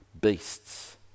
beasts